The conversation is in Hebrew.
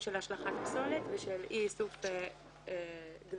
השלכת פסולת ואי איסוף גללים